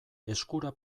eskura